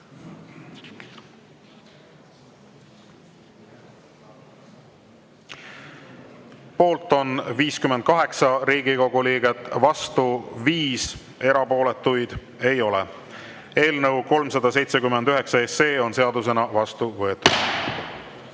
Poolt on 58 Riigikogu liiget, vastu 5, erapooletuid ei ole. Eelnõu 379 on seadusena vastu võetud.